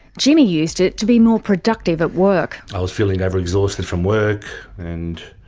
jimmy used it to be more productive at work. i was feeling over-exhausted from work, and